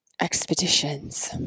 expeditions